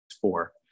four